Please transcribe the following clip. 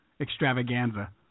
extravaganza